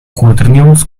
quaternions